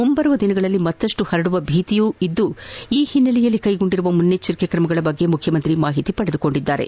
ಮುಂದಿನ ದಿನಗಳಲ್ಲಿ ಮತ್ತಷ್ಟು ಪರಡುವ ಭೀತಿ ಇದ್ದು ಈ ಹಿನ್ನೆಲೆಯಲ್ಲಿ ಕ್ಲೆಗೊಂಡಿರುವ ಮುಂಜಾಗ್ರತಾ ಕ್ರಮಗಳ ಬಗ್ಗೆ ಮುಖ್ಯಮಂತ್ರಿ ಮಾಹಿತಿ ಪಡೆದುಕೊಂಡರು